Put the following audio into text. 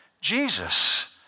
Jesus